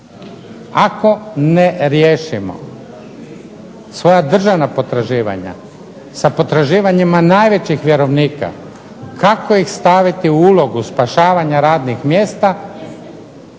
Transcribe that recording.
ako ne riješimo svoja državna potraživanja, sa potraživanjima najvećih vjerovnika, kako ih staviti u ulogu spašavanja radnih mjesta,